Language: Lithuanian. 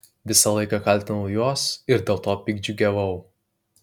visą laiką kaltinau juos ir dėl to piktdžiugiavau